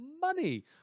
money